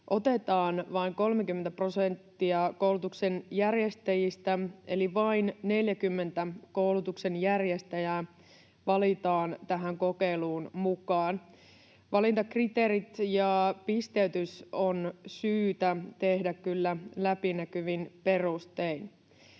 otetaan vain 30 prosenttia koulutuksen järjestäjistä, eli vain 40 koulutuksen järjestäjää valitaan tähän kokeiluun mukaan. Valintakriteerit ja pisteytys on syytä tehdä kyllä läpinäkyvin perustein.